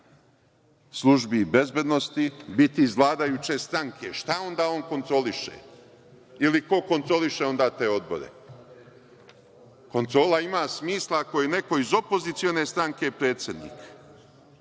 službi bezbednosti biti iz vladajuće stranke. Šta onda on to kontroliše ili ko kontroliše onda te odbore? Kontrola ima smisla ako je neko iz opozicione stranke predsednik